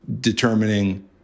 determining